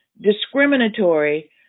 discriminatory